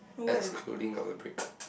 excluding our break